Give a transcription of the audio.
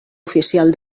oficial